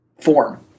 form